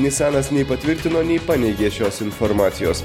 nisanas nei patvirtino nei paneigė šios informacijos